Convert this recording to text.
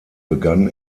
begann